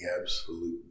absolute